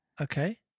Okay